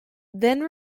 then